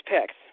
picks